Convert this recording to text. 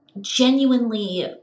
genuinely